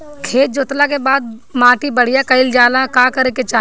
खेत जोतला के बाद माटी बढ़िया कइला ला का करे के चाही?